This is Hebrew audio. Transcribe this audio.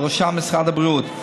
ובראשם משרד הבריאות.